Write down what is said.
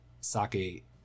sake